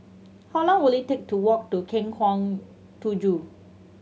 how long will it take to walk to Lengkong Tujuh